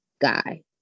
guy